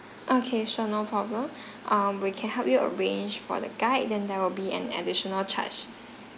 okay sure no problem um we can help you arrange for the guide then there will be an additional charge